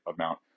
amount